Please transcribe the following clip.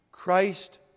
Christ